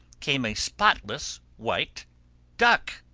came a spotless white duck.